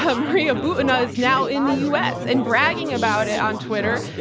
ah maria butina is now in the u. s, and bragging about it on twitter.